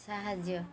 ସାହାଯ୍ୟ